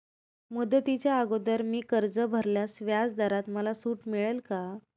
मुदतीच्या अगोदर मी कर्ज भरल्यास व्याजदरात मला सूट मिळेल का?